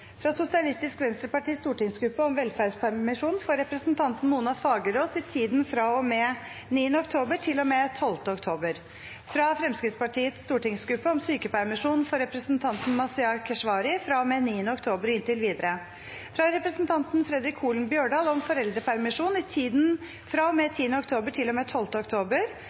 fra Sosialistisk Venstrepartis stortingsgruppe om velferdspermisjon for representanten Mona Fagerås i tiden fra og med 9. oktober til og med 12. oktober fra Fremskrittspartiets stortingsgruppe om sykepermisjon for representanten Mazyar Keshvari fra og med 9. oktober og inntil videre fra representanten Fredric Holen Bjørdal om foreldrepermisjon i tiden fra og med 10. oktober til og med 12. oktober